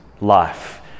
life